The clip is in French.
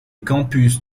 campus